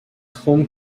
home